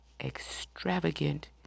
extravagant